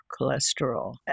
cholesterol